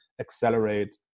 accelerate